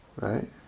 Right